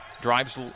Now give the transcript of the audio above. drives